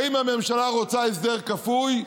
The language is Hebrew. האם הממשלה רוצה הסדר כפוי?